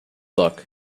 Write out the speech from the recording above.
luck